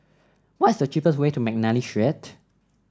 what's the cheapest way to McNally Street